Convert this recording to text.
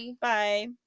Bye